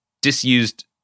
disused